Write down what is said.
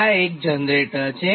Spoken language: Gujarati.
આ એક જનરેટર છે